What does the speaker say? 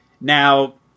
Now